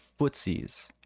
footsies